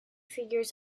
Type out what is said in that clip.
figures